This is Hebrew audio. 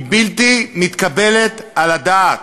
היא בלתי מתקבלת על הדעת.